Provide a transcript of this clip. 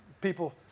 people